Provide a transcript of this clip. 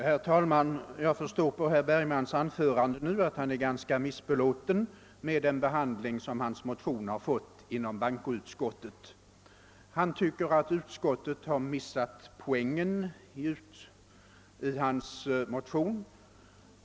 Herr talman! Jag förstår av herr Bergmans anförande att han är ganska missbelåten med den behandling som hans motion fått inom bankoutskottet. Han tycker att utskottet har missat poängen i hans motion.